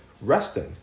resting